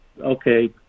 okay